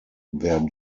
their